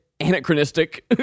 anachronistic